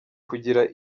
kugira